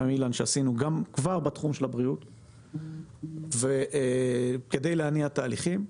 בתחום של הבריאות כדי להניע תהליכים.